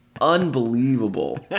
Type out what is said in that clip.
unbelievable